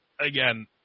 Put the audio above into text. again